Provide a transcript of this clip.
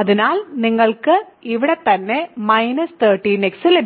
അതിനാൽ നിങ്ങൾക്ക് ഇവിടെത്തന്നെ 13x ലഭിക്കും